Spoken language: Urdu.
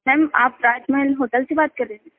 میم آپ تاج محل ہوٹل سے بات کر رہے ہیں